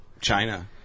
China